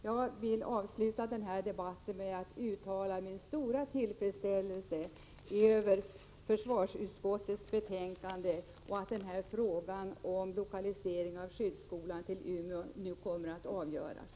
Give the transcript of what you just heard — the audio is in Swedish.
Jag vill avsluta denna debatt med att uttala min stora tillfredsställelse över försvarsutskottets betänkande och att denna fråga om lokalisering av skyddsskolan till Umeå nu kommer att avgöras.